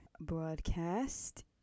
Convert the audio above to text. broadcast